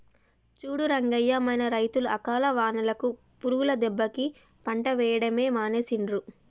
చూడు రంగయ్య మన రైతులు అకాల వానలకు పురుగుల దెబ్బకి పంట వేయడమే మానేసిండ్రు